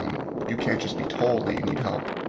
um you can't just be told that you need help.